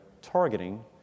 targeting